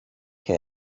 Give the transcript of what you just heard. che